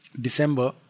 December